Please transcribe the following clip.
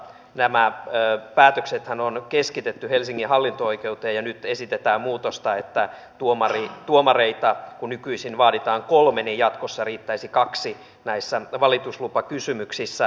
nämä päätöksethän on keskitetty helsingin hallinto oikeuteen ja nyt esitetään muutosta että kun tuomareita nykyisin vaaditaan kolme niin jatkossa riittäisi kaksi näissä valituslupakysymyksissä